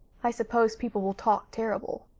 i suppose people will talk terrible.